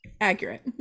Accurate